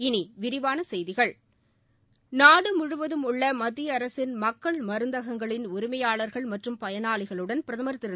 இனி விரிவான செய்திகள் நாடு முழுவதும் உள்ள மத்திய அரசின் மக்கள் மருந்தகங்களின் உரிமையாளர்கள் மற்றும் பயனாளிகளுடன் பிரதமர் திரு